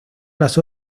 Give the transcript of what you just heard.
las